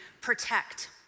protect